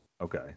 okay